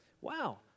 Wow